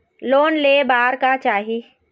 Loan ले बार का चाही?